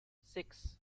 six